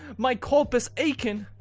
my corpus aken!